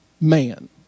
man